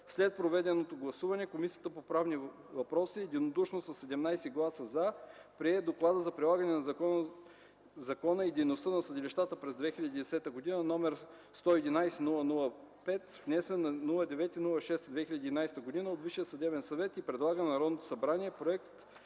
След проведеното гласуване Комисията по правни въпроси единодушно със 17 гласа „за” прие Доклада за прилагането на закона и дейността на съдилищата през 2010 г., № 111-00-5, внесен на 9.06.2011 г. от Висшия съдебен съвет и предлага на Народното събрание проект